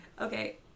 okay